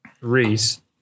Reese